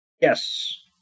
yes